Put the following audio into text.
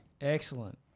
Excellent